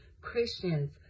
Christians